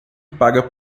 paga